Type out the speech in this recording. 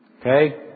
okay